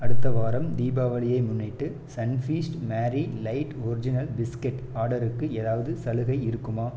அடுத்த வாரம் தீபாவளியை முன்னிட்டு Sunfeast Marie light original biscuit ஆர்டருக்கு ஏதாவது சலுகை இருக்குமா